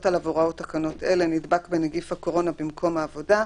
עליו הוראות תקנות אלה נדבק בנגיף הקורונה במקום העבודה,